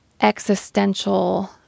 existential